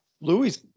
Louis